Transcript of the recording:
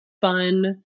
fun